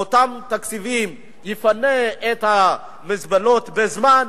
באותם תקציבים יפנה את המזבלות בזמן,